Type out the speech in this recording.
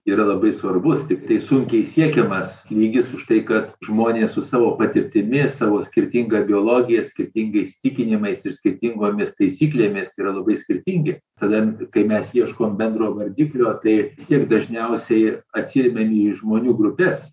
yra labai svarbus tiktai sunkiai siekiamas lygis už tai kad žmonės su savo patirtimi savo skirtinga biologija skirtingais įsitikinimais ir skirtingomis taisyklėmis yra labai skirtingi tada kai mes ieškom bendro vardiklio tai vis tiek dažniausiai atsiremiam į žmonių grupes